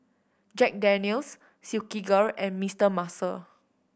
Jack Daniel's Silkygirl and Mister Muscle